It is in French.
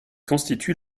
constitue